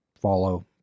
follow